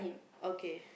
okay